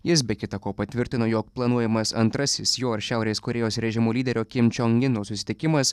jis be kita ko patvirtino jog planuojamas antrasis jo ir šiaurės korėjos režimo lyderio kim čong ino susitikimas